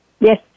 yes